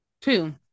Two